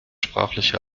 sprachliche